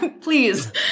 Please